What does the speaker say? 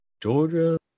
georgia